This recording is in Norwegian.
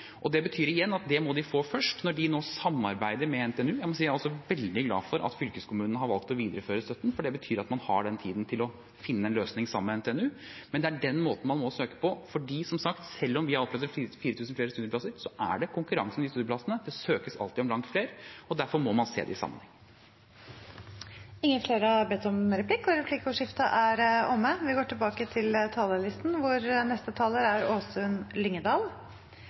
Det betyr igjen at det må de få først når de nå samarbeider med NTNU. Jeg må si at jeg er også veldig glad for at fylkeskommunen har valgt å videreføre støtten, for det betyr at man har den tiden til å finne en løsning sammen med NTNU. Men det er den måten man må søke på, fordi, som sagt, selv om vi har opprettet 4 000 flere studieplasser, er det konkurranse om disse studieplassene. Det søkes alltid om langt flere. Derfor må man se det i sammenheng. Replikkordskiftet er omme. De talerne som heretter får ordet, har også en taletid på inntil 3 minutter. Det betyr noe hvor kunst skapes. En tidligere taler